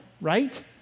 right